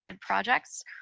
projects